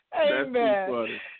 Amen